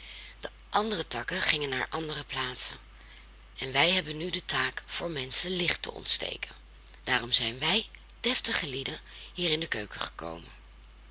de andere takken gingen naar andere plaatsen en wij hebben nu de taak voor de menschen licht te ontsteken daarom zijn wij deftige lieden hier in de keuken gekomen